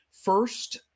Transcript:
first